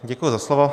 Děkuji za slovo.